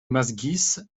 masseguisses